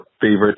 favorite